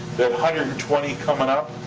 hundred and twenty comin' up,